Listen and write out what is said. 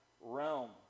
realm